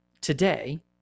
today